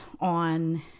on